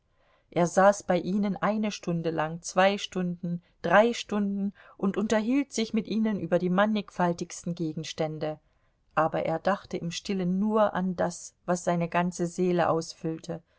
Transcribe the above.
er saß bei ihnen eine stunde lang zwei stunden drei stunden und unterhielt sich mit ihnen über die mannigfaltigsten gegenstände aber er dachte im stillen nur an das was seine ganze seele ausfüllte